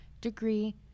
degree